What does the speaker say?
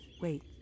Wait